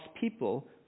people